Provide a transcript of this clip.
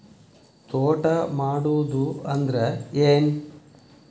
ತೋಟ ಮಾಡುದು ಅಂದ್ರ ಏನ್?